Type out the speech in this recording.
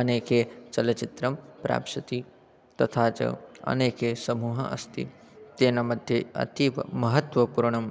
अनेके चलच्चित्रं प्राप्स्यति तथा च अनेके समूहः अस्ति तेन मध्ये अतीव महत्त्वपूर्णं